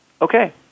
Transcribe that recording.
okay